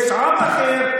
יש עם אחר,